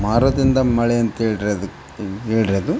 ಮರದಿಂದ ಮಳೆಯಂತ ಹೇಳ್ರೆ ಅದಕ್ಕೆ ಹೇಳ್ರೆ ಅದು